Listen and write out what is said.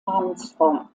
namensform